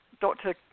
Dr